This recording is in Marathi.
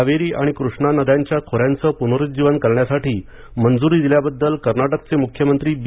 कावेरी आणि कृष्णा नद्यांच्या खोऱ्यांचं पुनरुज्जीवन करण्यासाठी मंजुरी दिल्याबद्दल कर्नाटकचे मुख्यमंत्री बी